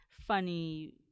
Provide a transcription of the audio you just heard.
funny